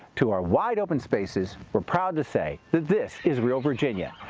to our wide open spaces, we're proud to say that this is real virginia.